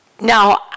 Now